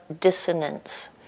dissonance